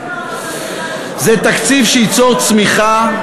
זה תקציב שייצור צמיחה,